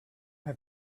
have